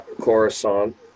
Coruscant